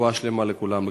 רפואה שלמה לכולם.